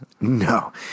No